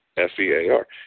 F-E-A-R